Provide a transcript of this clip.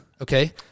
okay